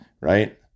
Right